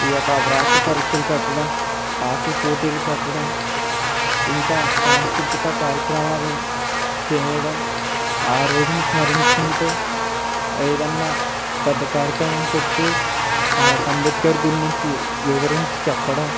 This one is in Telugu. ఈయొక్క వ్రాత పరీక్షలు పెట్టడం ఆట్ల పోటీలు పెట్టడం ఇంకా సాంస్కృతిక కార్యక్రమాలు చేయడం ఆ రోజుని స్మరించుకుంటూ ఏదైనా పెద్ద కార్యక్రమం పెట్టి ఆయొక్క అంబేద్కర్ గురించి వివరించి చెప్పడం